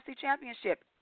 Championship